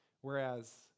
Whereas